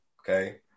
okay